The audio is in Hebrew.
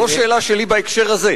זו השאלה שלי בהקשר הזה.